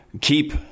keep